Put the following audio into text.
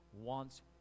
wants